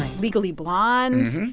legally blonde.